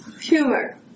humor